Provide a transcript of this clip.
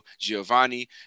Giovanni